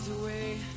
away